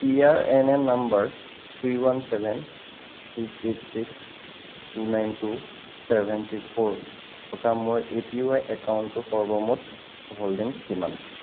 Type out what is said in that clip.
P R N N number three one seven six eight six two nine two seven three four থকা মোৰ A P Y একাউণ্টটোৰ সৰ্বমুঠ holdings কিমান